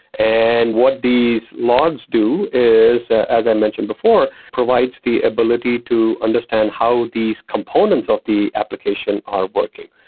and what these logs do is, as i mentioned before, provides the ability to understand how these components of the application are working.